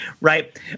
right